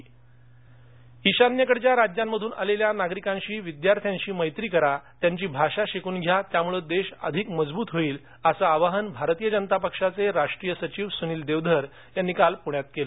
देवधर सोमणी माधवी ईशान्येकडच्या राज्यांमधून आलेल्या नागरिकांशी विद्यार्थ्यांशी मैत्री करा त्यांची भाषा शिकून घ्या त्यामुळे देश अधिक मजबूत होईल असं आवाहनभारतीय जनता पक्षाचे राष्ट्रीय सचिव सुनील देवधर यांनी काल पुण्यात केलं